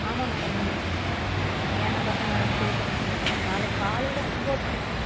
ஆமாம் மேடம் ஏ என் நம்பர் தான் மேடம் சேவ் பண்ணிக்கோங்க மேடம் நாளைக் காலையில் ஒம்பது மணிக்கு